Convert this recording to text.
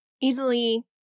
easily